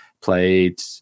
played